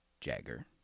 Jagger